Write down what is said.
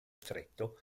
stretto